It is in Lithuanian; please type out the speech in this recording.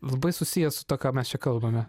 labai susijęs su tuo ką mes čia kalbame